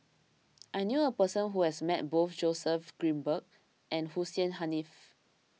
I knew a person who has met both Joseph Grimberg and Hussein Haniff